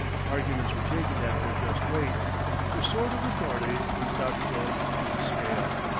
arguments were taken at their just weight the sword of authority was not thrown into the scale.